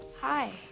Hi